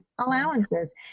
Allowances